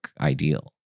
ideal